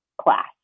class